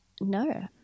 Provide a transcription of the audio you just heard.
no